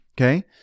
okay